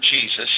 Jesus